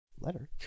letter